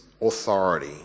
authority